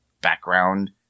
background